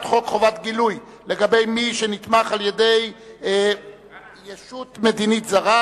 חובת גילוי לגבי מי שנתמך על-ידי ישות מדינית זרה,